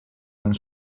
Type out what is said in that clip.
non